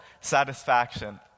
satisfaction